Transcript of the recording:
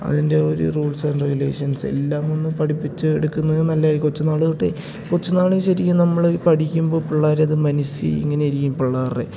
അതിൻ്റെ ഒരു rules and regulations എല്ലാമൊന്ന് പഠിപ്പിച്ചെടുക്കുന്നത് നല്ലതാണ് ഈ കൊച്ചു നാള് തൊട്ടെ കൊച്ചു നാള് ശരിക്കും നമ്മള് പഠിക്കുമ്പോള് പിള്ളാരത് മനസ്സില് ഇങ്ങനെയിരിക്കും പിള്ളാരുടെ